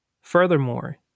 Furthermore